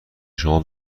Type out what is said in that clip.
شما